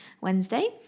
Wednesday